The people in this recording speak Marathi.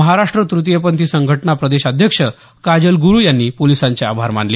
महाराष्ट्र तृतीयपंथी संघटना प्रदेश अध्यक्ष काजल गुरु यांनी पोलिसांचे आभार मानले